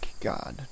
God